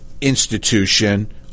institution